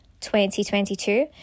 2022